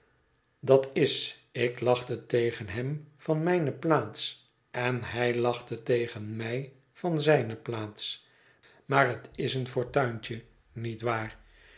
dat is ik lachte tegen hem van mijne plaats en hij lachte tegen mij van zijne plaats maar het is een fortuintje niet waar